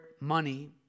money